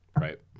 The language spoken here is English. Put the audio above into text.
Right